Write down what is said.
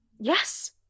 Yes